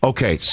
Okay